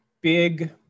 big